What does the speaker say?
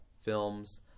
films